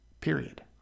period